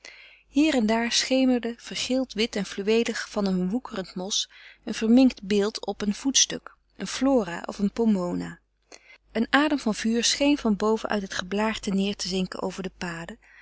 hier en daar schemerde vergeeld wit en fluweelig van een woekerend mos een verminkt beeld op een voetstuk een flora of een pomona een adem van vuur scheen van boven uit het geblaârte neêr te zinken over de paden